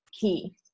key